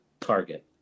target